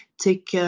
take